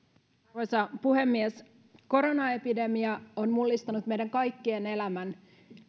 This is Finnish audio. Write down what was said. arvoisa puhemies koronaepidemia on mullistanut meidän kaikkien elämän